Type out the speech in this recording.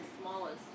smallest